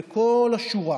כל השורה,